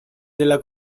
della